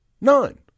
None